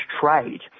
trade